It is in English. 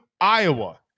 Iowa